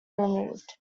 removed